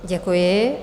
Děkuji.